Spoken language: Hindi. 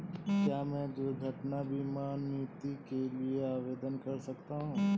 क्या मैं दुर्घटना बीमा नीति के लिए आवेदन कर सकता हूँ?